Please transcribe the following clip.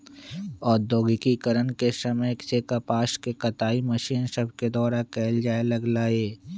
औद्योगिकरण के समय से कपास के कताई मशीन सभके द्वारा कयल जाय लगलई